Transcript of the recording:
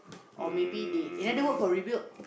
or maybe they another word for rebuild